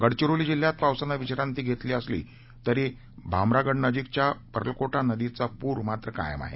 गडचिरोली जिल्ह्यात पावसानं विश्रांती धेतली असली तरी भामरागडनजीकच्या पर्लकोटा नदीचा पूर मात्र कायम आहे